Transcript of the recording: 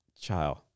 Child